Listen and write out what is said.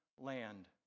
land